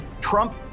Trump